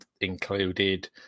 included